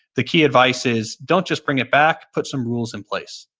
the key advice is don't just bring it back, put some rules in place.